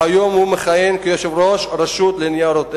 שהיום מכהן כיושב-ראש הרשות לניירות ערך.